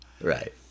right